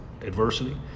adversity